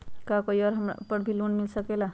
और का इ हमरा लोन पर भी मिल सकेला?